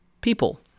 people